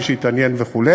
מי שהתעניין וכו',